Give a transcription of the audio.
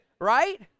right